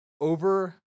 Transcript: over